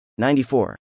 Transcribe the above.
94